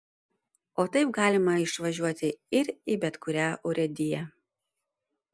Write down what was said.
o taip galima išvažiuoti ir į bet kurią urėdiją